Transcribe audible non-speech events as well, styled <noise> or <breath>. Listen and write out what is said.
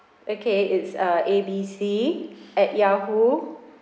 okay it's uh A B C <breath> at Yahoo